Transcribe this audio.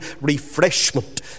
refreshment